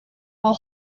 will